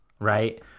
right